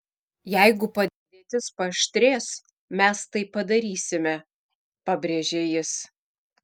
jeigu padėtis paaštrės mes tai padarysime pabrėžė jis